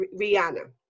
Rihanna